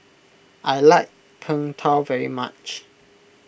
I like Png Tao very much